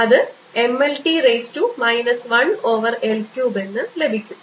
അത് M L T raise to minus 1 over L cube എന്ന് ലഭിക്കും